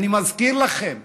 אני מזכיר לכם